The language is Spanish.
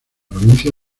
provincia